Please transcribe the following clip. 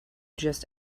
just